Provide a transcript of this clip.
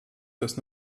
das